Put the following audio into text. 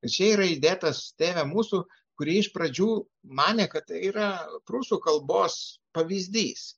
ir čia yra įdėtas tėve mūsų kurį iš pradžių manė kad tai yra prūsų kalbos pavyzdys